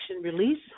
release